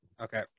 Okay